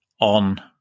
on